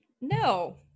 no